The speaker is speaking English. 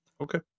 Okay